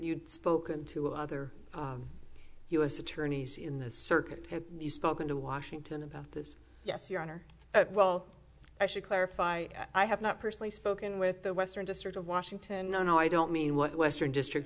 you've spoken to other u s attorneys in the circuit have you spoken to washington about this yes your honor well i should clarify i have not personally spoken with the western district of washington no no i don't mean what western district